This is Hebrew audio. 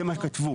זה מה שכתבו.